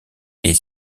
est